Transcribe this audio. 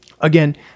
again